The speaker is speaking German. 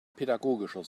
pädagogischer